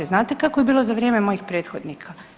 Znate kako je bilo za vrijeme mojih prethodnika?